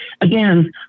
again